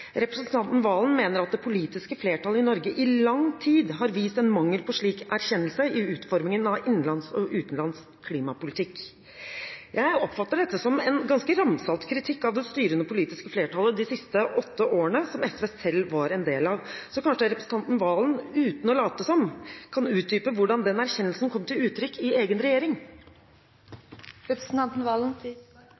Representanten Serigstad Valen og SV mener at «det politiske flertallet i Norge i lang tid har vist en mangel på slik erkjennelse i utforming av innenlands og utenlands klimapolitikk». Jeg oppfatter dette som en ganske ramsalt kritikk av det styrende politiske flertallet de siste åtte årene, som SV var en del av. Kanskje representanten Serigstad Valen, uten å late som, kan utdype hvordan den erkjennelsen kom til uttrykk i egen regjering?